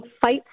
fight